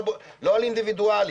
לא על אינדיבידואלים.